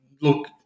look